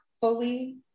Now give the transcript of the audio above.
fully